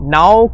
now